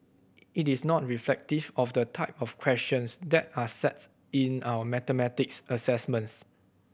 it is not reflective of the type of questions that are sets in our mathematics assessments